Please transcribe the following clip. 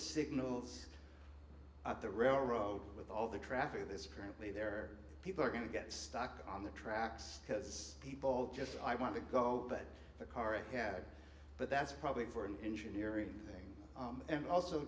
signals at the railroad with all the traffic of this currently there people are going to get stuck on the tracks because people just i want to go but the car ahead but that's probably for an engineering thing and also